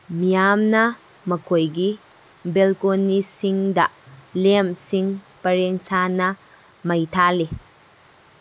ꯃꯤꯌꯥꯝꯅ ꯃꯈꯣꯏꯒꯤ ꯕꯦꯜꯀꯣꯅꯤꯁꯤꯡꯗ ꯂꯦꯝꯁꯤꯡ ꯄꯔꯦꯡ ꯁꯥꯅ ꯃꯩ ꯊꯥꯜꯂꯤ